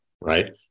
Right